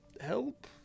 help